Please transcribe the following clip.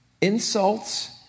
insults